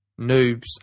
Noobs